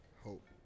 hope